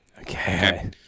okay